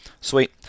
Sweet